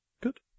Good